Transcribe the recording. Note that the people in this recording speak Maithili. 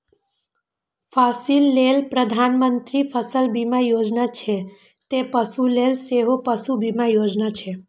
फसिल लेल प्रधानमंत्री फसल बीमा योजना छै, ते पशु लेल सेहो पशु बीमा योजना छै